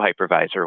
hypervisor